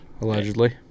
Allegedly